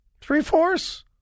Three-fourths